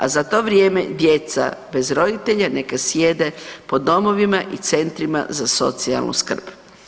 A za to vrijeme djeca bez roditelja neka sjede po domovima i centrima za socijalnu skrb.